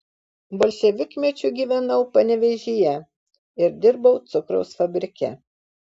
bolševikmečiu gyvenau panevėžyje ir dirbau cukraus fabrike